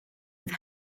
with